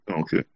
Okay